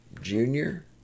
junior